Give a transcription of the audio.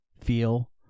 feel